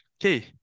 okay